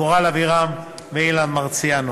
קורל אבירם ואילן מרסיאנו.